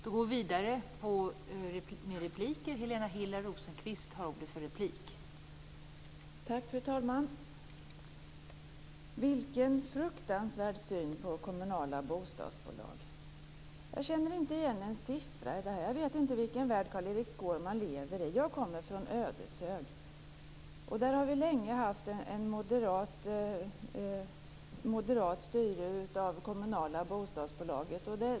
Fru talman! Vilken fruktansvärd syn på kommunala bostadsbolag! Jag känner inte igen en siffra. Jag vet inte vilken värld Carl-Erik Skårman lever i. Jag kommer från Ödeshög och där har vi länge haft ett moderat styre av det kommunala bostadsbolaget.